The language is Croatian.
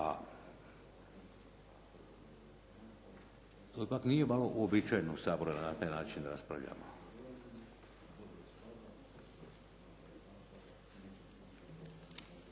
pak nije malo uobičajeno u Saboru da na taj način raspravljamo.